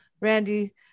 Randy